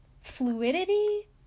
fluidity